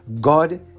God